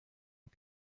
und